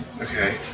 okay